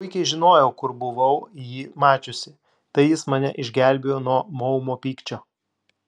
puikiai žinojau kur buvau jį mačiusi tai jis mane išgelbėjo nuo maumo pykčio